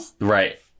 Right